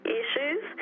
issues